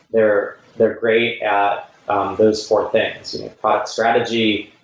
they're they're great at those four things product strategy,